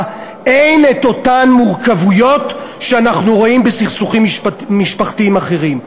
אין אותן מורכבויות שאנחנו רואים בסכסוכים משפחתיים אחרים?